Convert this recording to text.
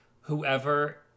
whoever